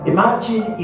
Imagine